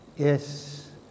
Yes